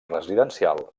residencial